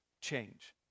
change